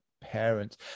Parents